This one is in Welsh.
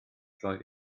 droed